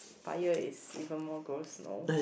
fire is even more gross no